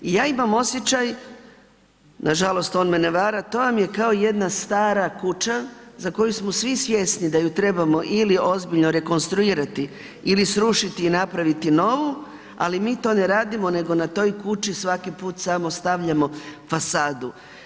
Ja imam osjećaj nažalost, on me ne vara, to vam je kao jedna stara kuća za koju smo svi svjesni da ju trebalo ili ozbiljno rekonstruirati ili srušiti i napraviti novu ali mi to ne radimo nego na toj kući svaki put samo stavljamo fasadu.